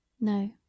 No